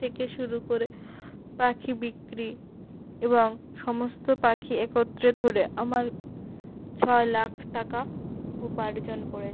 থেকে শুরু করে পাখি বিক্রি এবং সমস্ত পাখি একত্রে ধরে আমার ছয় লাখ টাকা উপার্জন করে